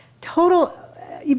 total